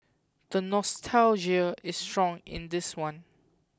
the nostalgia is strong in this one